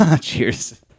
Cheers